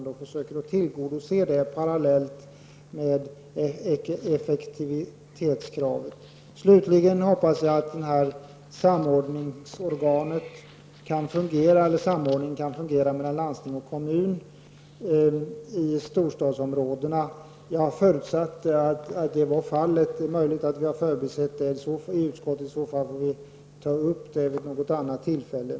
Man måste försöka tillgodose dessa krav parallellt med effektivitetskravet. Slutligen hoppas jag att samordningen i storstadsområdena kan fungera mellan landsting och kommun. Jag har förutsatt att detta blir fallet. Det är möjligt att vi har förbisett saken i utskottet. Om så är fallet får vi ta upp frågan vid något annat tillfälle.